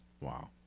Wow